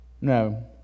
No